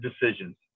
decisions